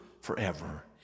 forever